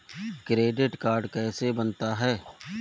Credit card कैसे बनता है?